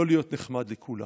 לא להיות נחמד לכולם.